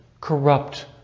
corrupt